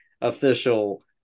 official